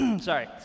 Sorry